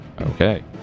Okay